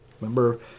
Remember